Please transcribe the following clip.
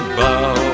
bow